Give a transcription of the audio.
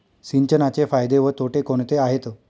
सिंचनाचे फायदे व तोटे कोणते आहेत?